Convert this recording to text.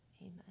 Amen